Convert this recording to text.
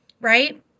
right